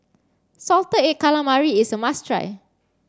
salted egg calamari is a must try